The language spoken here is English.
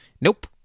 Nope